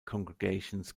congregations